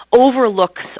Overlooks